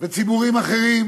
וציבורים אחרים